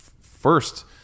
first